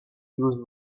use